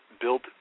built